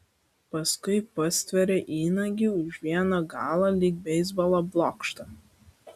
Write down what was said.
paskui pastvėrė įnagį už vieno galo lyg beisbolo blokštą